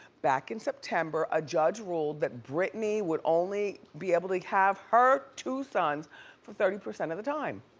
back in september, a judge ruled that britney would only be able to have her two sons for thirty percent of the time.